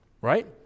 right